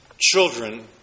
Children